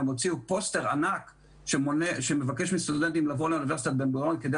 הם הוציאו פוסטר ענק שמבקש מסטודנטים לבוא לאוניברסיטת בן גוריון כדי